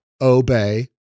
obey